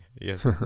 Yes